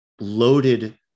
loaded